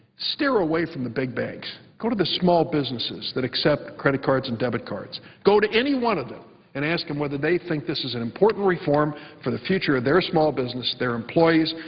steer away from the big banks. go to the small businesses that accept credit cards and debit cards. go to any one of them and ask them whether they think this is an important reform for the future of their small business, their employees,